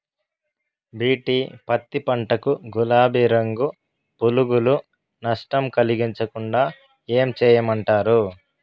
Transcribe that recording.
BT పత్తి పంట కు, గులాబీ రంగు పులుగులు నష్టం కలిగించకుండా ఏం చేయమంటారు?